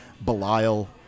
Belial